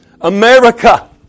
America